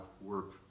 work